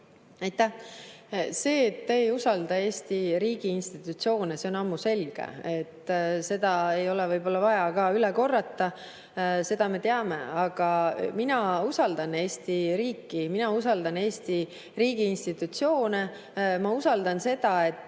Aitäh! See, et te ei usalda Eesti riigi institutsioone, on ammu selge. Seda ei ole vaja üle korrata, seda me teame. Aga mina usaldan Eesti riiki, mina usaldan Eesti riigi institutsioone. Meil on erinevad